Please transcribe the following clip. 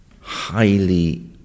highly